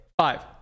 Five